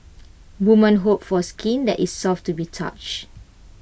women hope for skin that is soft to be touch